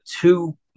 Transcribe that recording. two